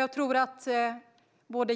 Jag tror att